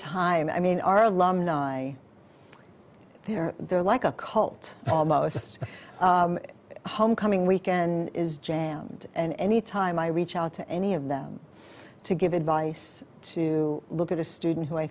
time i mean our alumni there there like a cult almost homecoming weekend is jammed and any time i reach out to any of them to give advice to look at a student who i